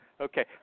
Okay